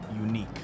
unique